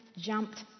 jumped